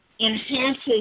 enhances